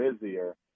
busier